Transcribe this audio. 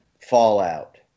Fallout